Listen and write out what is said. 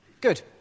Good